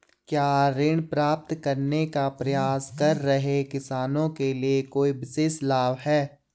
क्या ऋण प्राप्त करने का प्रयास कर रहे किसानों के लिए कोई विशेष लाभ हैं?